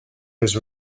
his